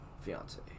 fiance